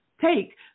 take